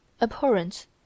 abhorrence